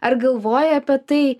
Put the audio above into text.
ar galvoji apie tai